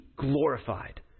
glorified